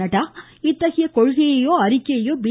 நட்டா இத்தகைய கொள்கையையோ அறிக்கையையோ பி